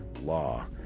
law